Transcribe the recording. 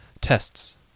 tests